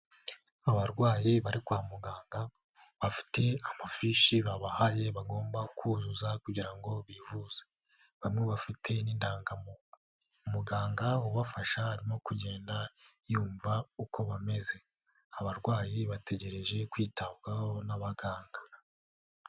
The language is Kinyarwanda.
Abarwayi bari kwa muganga bafite amafishi babahaye bagomba kuzuza kugira ngo bivuze, bamwe bafite n'indangamuntu, umuganga ubafasha arimo kugenda yumva uko bameze, abarwayi bategereje kwitabwaho n'abaganga.